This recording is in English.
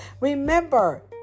Remember